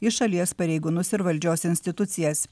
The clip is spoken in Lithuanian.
į šalies pareigūnus ir valdžios institucijas